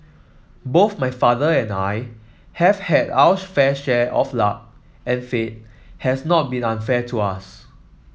both my father and I have had our fair share of luck and fate has not been unfair to us